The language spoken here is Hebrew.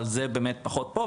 אבל זה באמת פחות פה.